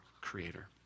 creator